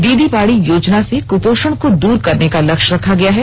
दीदी बाड़ी योजना से कृपोषण को दूर करने का लक्ष्य रखा गया है